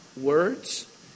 words